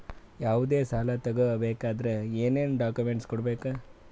ಯಾವುದೇ ಸಾಲ ತಗೊ ಬೇಕಾದ್ರೆ ಏನೇನ್ ಡಾಕ್ಯೂಮೆಂಟ್ಸ್ ಕೊಡಬೇಕು?